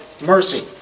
mercy